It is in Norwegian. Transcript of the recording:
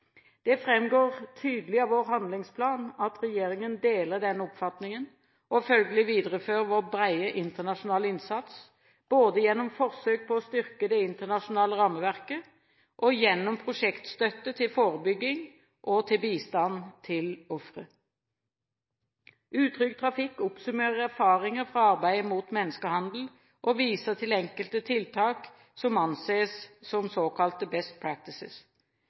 Det framgår tydelig av vår handlingsplan at regjeringen deler denne oppfatningen og følgelig viderefører vår brede internasjonale innsats, både gjennom forsøk på å styrke det internasjonale rammeverket og gjennom prosjektstøtte til forebygging og til bistand til ofre. Utrygg trafikk oppsummerer erfaringer fra arbeidet mot menneskehandel, og viser til enkelte tiltak som anses som